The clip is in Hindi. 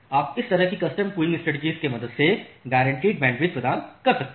आप इस तरह की कस्टम क्यूइंग स्ट्रेटेजी की मदद से गॉरन्टीड बैंडविड्थ प्रदान कर सकते हैं